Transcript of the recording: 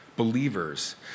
believers